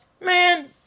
man